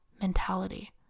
mentality